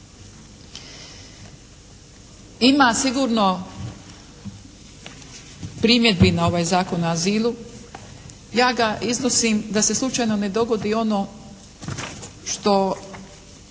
Ima sigurno primjedbi na ovaj Zakon o azilu. Ja ga iznosim da se slučajno ne dogodi ono što